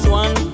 one